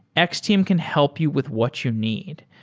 x-team can help you with what you need.